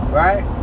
right